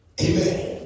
Amen